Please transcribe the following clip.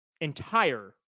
entire